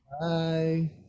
Bye